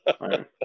right